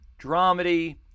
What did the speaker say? dramedy